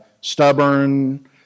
stubborn